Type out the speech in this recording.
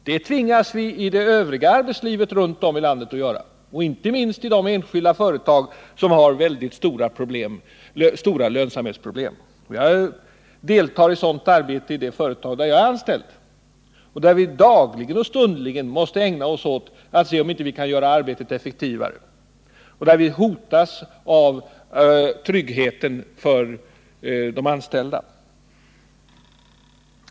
Det tvingas vi i det övriga arbetslivet runt om i landet att göra, inte minst i de enskilda företag som har stora lönsamhetsproblem. Jag deltar i sådant arbete i det företag där jag är anställd. Vi måste dagligen och stundligen ägna oss åt att söka göra arbetet effektivare, när tryggheten för de anställda är hotad.